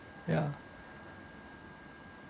ya